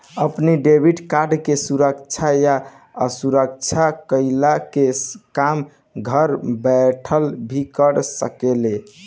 अपनी debit card के सक्षम या असक्षम कईला के काम घर बैठल भी कर सकेला